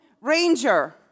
Ranger